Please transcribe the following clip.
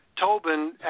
Tobin